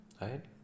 right